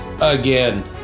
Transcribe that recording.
again